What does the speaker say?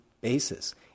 basis